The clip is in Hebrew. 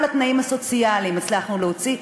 את כל התנאים הסוציאליים הצלחנו להוציא,